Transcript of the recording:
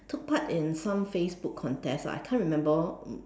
took part in some Facebook contest lah I can't remember